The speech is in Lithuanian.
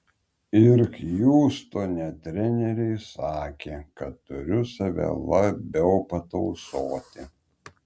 ir hjustone treneriai sakė kad turiu save labiau patausoti